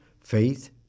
faith